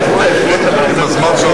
נתקבל.